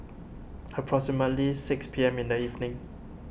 approximately six P M in the evening